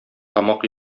тамак